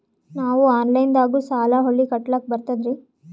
ನಾವು ಆನಲೈನದಾಗು ಸಾಲ ಹೊಳ್ಳಿ ಕಟ್ಕೋಲಕ್ಕ ಬರ್ತದ್ರಿ?